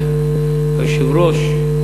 יושב-ראש,